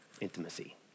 intimacy